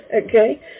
okay